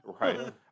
Right